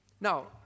Now